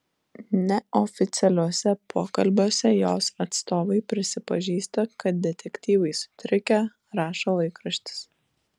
neoficialiuose pokalbiuose jos atstovai prisipažįsta kad detektyvai sutrikę rašo laikraštis